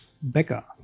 Becker